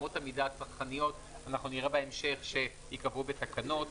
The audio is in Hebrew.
אמות המידה הצרכניות אנחנו נראה בהמשך שייקבעו בתקנות,